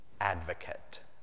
advocate